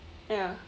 ya